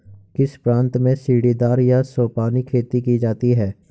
किस प्रांत में सीढ़ीदार या सोपानी खेती की जाती है?